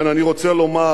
אני רוצה לומר,